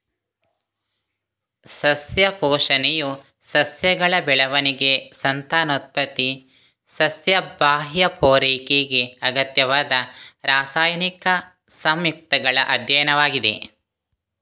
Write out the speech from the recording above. ಸಸ್ಯ ಪೋಷಣೆಯು ಸಸ್ಯಗಳ ಬೆಳವಣಿಗೆ, ಸಂತಾನೋತ್ಪತ್ತಿ, ಸಸ್ಯ ಬಾಹ್ಯ ಪೂರೈಕೆಗೆ ಅಗತ್ಯವಾದ ರಾಸಾಯನಿಕ ಸಂಯುಕ್ತಗಳ ಅಧ್ಯಯನವಾಗಿದೆ